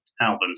albums